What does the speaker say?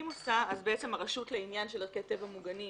עושה אז הרשות לעניין של ערכי טבע מוגנים